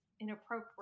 inappropriate